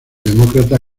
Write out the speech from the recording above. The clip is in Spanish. demócrata